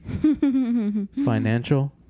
Financial